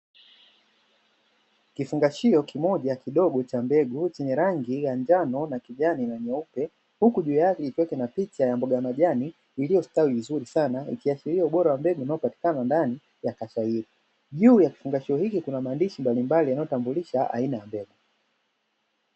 Kifungashio kimoja kidogo cha mbegu chenye rangi ya njano na kijani na nyeupe, huku juu yake kuna picha ya mboga ya majani iliyostawi vizuri sana. Ikiashiria ubora wa mbegu unaopatikana ndani ya kasha. Juu ya kifungashio kuna maandishi mbalimbali yanayotambulisha aina ya mbegu.